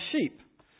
sheep